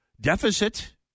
deficit